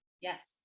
yes